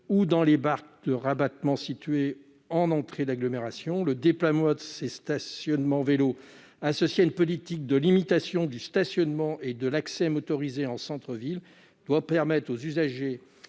dans les parcs de rabattement situés en entrée d'agglomération ou à leurs abords. Le déploiement de ces stationnements vélo, associé à une politique de limitation du stationnement et de l'accès motorisé en centre-ville, doit permettre aux usagers